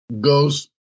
goes